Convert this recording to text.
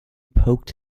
poked